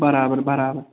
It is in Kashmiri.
برابَر برابَر